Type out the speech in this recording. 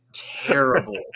terrible